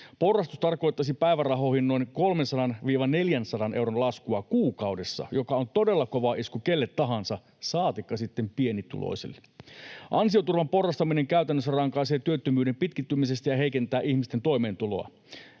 Porrastus tarkoittaisi päivärahoihin noin 300—400 euron laskua kuukaudessa, joka on todella kova isku kenelle tahansa, saatikka sitten pienituloisille. Ansioturvan porrastaminen käytännössä rankaisee työttömyyden pitkittymisestä ja heikentää ihmisten toimeentuloa.